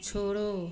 छोड़ो